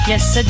Yes